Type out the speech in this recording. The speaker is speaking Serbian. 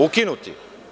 Ukinuti.